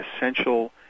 essential